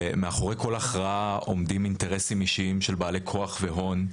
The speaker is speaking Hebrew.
ומאחורי כל הכרעה עומדים אינטרסים אישיים של בעלי כוח והון.